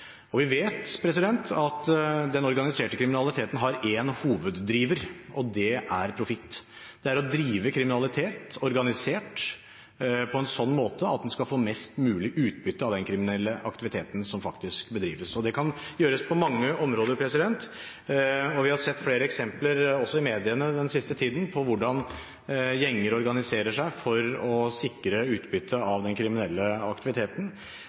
Vi vet at den organiserte kriminaliteten har én hoveddriver, og det er profitt. Det er å drive kriminalitet organisert på en sånn måte at man skal få mest mulig utbytte av den kriminelle aktiviteten som faktisk bedrives. Og det kan gjøres på mange områder. Vi har sett flere eksempler på, også i mediene den siste tiden, hvordan gjenger organiserer seg for å sikre utbytte av den kriminelle aktiviteten.